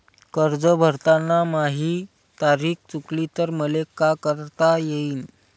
कर्ज भरताना माही तारीख चुकली तर मले का करता येईन?